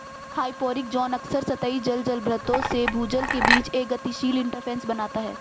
hyporheic zone अक्सर सतही जल जलभृतों से भूजल के बीच एक गतिशील इंटरफ़ेस बनाता है